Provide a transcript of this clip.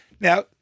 Now